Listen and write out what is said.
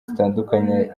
zitandukanye